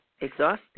exhausted